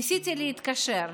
ניסיתי להתקשר,